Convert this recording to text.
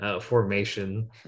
formation